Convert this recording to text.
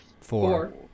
four